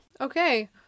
okay